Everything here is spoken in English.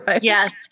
Yes